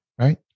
right